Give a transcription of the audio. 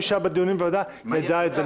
מי שהיה בדיונים בוועדה ידע את זה.